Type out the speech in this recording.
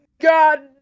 God